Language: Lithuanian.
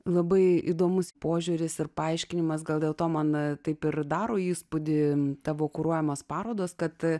labai įdomus požiūris ir paaiškinimas gal dėl to man taip ir daro įspūdį tavo kuruojamos parodos kad